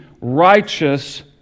righteous